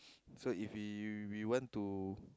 so if you we we we want to